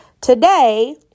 today